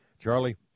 Charlie